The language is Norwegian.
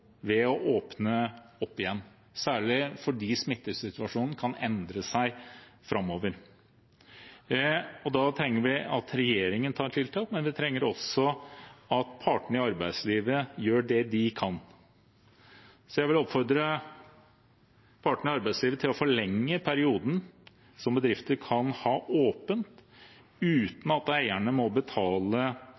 åpne opp igjen, særlig fordi smittesituasjonen kan endre seg framover. Da trenger vi at regjeringen gjør tiltak, men vi trenger også at partene i arbeidslivet gjør det de kan. Jeg vil oppfordre partene i arbeidslivet til å forlenge perioden bedrifter kan ha åpent uten at eierne må betale